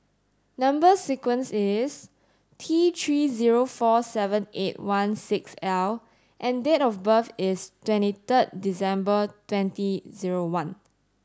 number sequence is T three zero four seven eight one six L and date of birth is twenty third December twenty zero one